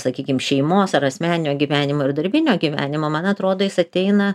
sakykim šeimos ar asmeninio gyvenimo ir darbinio gyvenimo man atrodo jis ateina